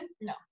No